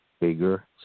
bigger